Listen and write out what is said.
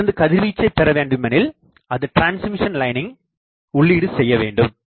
அரேயிலிருந்து கதிர்வீச்சை பெற வேண்டுமெனில் அது டிரான்ஸ்மிஷன் லைனிங் உள்ளீடு செய்ய வேண்டும்